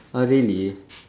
oh really